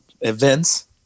events